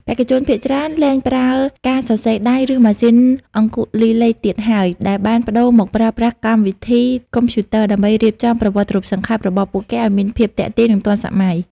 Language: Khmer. បេក្ខជនភាគច្រើនលែងប្រើការសរសេរដៃ ឬម៉ាស៊ីនអង្គុលីលេខទៀតហើយ តែបានប្ដូរមកប្រើប្រាស់កម្មវិធីកុំព្យូទ័រ ដើម្បីរៀបចំ ប្រវត្តិរូបសង្ខេប របស់ពួកគេឲ្យមានភាពទាក់ទាញ និងទាន់សម័យ។